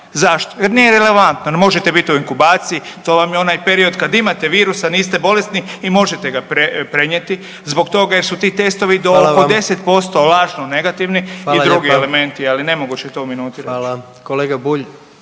Zašto? Jer nije relevantno, jer možete biti u inkubaciji, to vam je onaj period kad imate virus a niste bolesni i možete ga prenijeti zbog toga jer su ti testovi do oko …/Upadica: Hvala vam./… 10% lažno negativni i drugi elementi, ali nemoguće je to u minuti reći. **Jandroković,